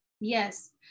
Yes